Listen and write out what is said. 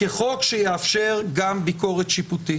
כחוק שיאפשר גם ביקורת שיפוטית.